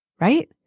right